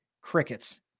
crickets